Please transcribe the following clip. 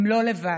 הם לא לבד.